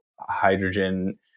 hydrogen